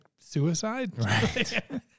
suicide